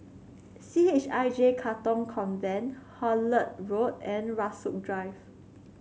C H I J Katong Convent Hullet Road and Rasok Drive